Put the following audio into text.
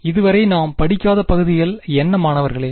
இதுவரை நாம் படிக்காத பகுதிகள் என்ன மாணவர்களே